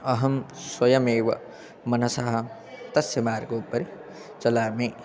अहं स्वयमेव मनसः तस्य मार्गोपरि चलामि